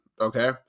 okay